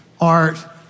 art